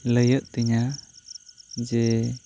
ᱞᱟᱹᱭᱚᱜ ᱛᱤᱧᱟᱹ ᱡᱮ